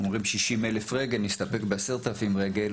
אומרים 60,000 רגל, נסתפק ב-10,000 רגל